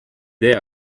tee